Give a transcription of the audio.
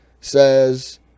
says